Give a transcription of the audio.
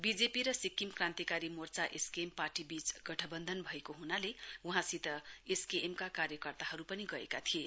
BJP र Sikkim Krantikari Morcha SKM पार्टीवीच गठवन्धन भएको हुनाले वहाँसित एसकेएम का कार्यकर्ताहरु पनि गएका थिए